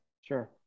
sure